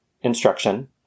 instruction